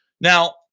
Now